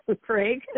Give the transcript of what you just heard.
Craig